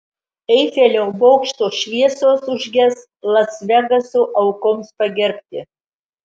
eifelio bokšto šviesos užges las vegaso aukoms pagerbti